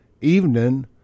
evening